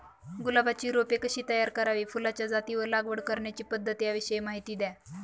गुलाबाची रोपे कशी तयार करावी? फुलाच्या जाती व लागवड करण्याची पद्धत याविषयी माहिती द्या